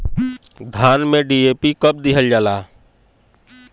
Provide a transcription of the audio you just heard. धान में डी.ए.पी कब दिहल जाला?